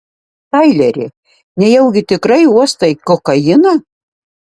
taileri nejaugi tikrai uostai kokainą